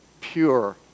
pure